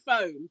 phone